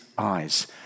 Eyes